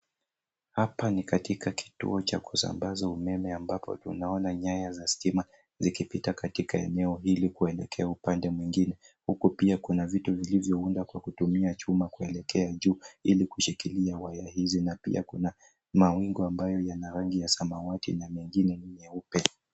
Hapa ni katika kituo cha kusambaza umeme ambako tunaona nyaya za stima zikipita katika eneo hili kuelekea upande mwingine, Huku pia kuna vitu vilivyoundwa kwa kutumia chuma kuelekea juu ili kushikilia waya hizi na pia kuna mawingu ambayo ya samawati na mengine ni meupe.